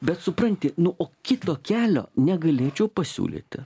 bet supranti nu o kito kelio negalėčiau pasiūlyti